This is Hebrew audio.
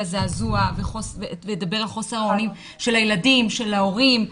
זעזוע וידבר על חוסר האונים של הילדים ושל ההורים,